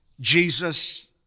Jesus